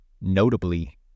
Notably